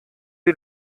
die